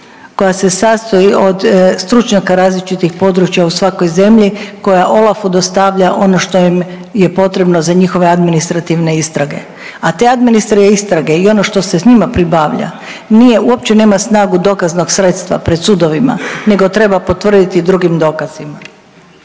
koja se sastoji od stručnjaka različitih područja u svakoj zemlji koja OLAF-u dostavlja ono što je potrebno za njihove administrativne istrage. A te administrativne istrage i ono što se s njima pribavlja nije uopće nema snagu dokaznog sredstva pred sudovima nego treba potvrditi drugim dokazima.